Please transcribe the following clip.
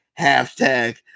hashtag